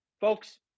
Folks